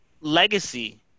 legacy